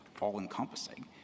all-encompassing